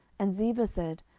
and ziba said,